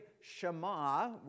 Shema